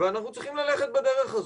ואנחנו צריכים ללכת בדרך הזאת.